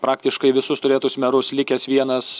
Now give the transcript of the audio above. praktiškai visus turėtus merus likęs vienas